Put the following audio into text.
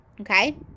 okay